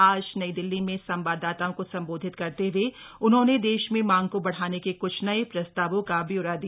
आज नई दिल्ली में संवाददाताओं को संबोधित करते हए उन्होंने देश में मांग को बढ़ाने के क्छ नये प्रस्तावों का ब्योरा दिया